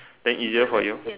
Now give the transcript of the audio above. then easier for you